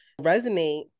resonate